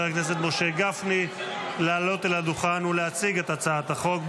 הכנסת משה גפני לעלות על הדוכן ולהציג את הצעת החוק.